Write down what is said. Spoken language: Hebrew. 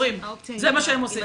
זה מה שהם עושים.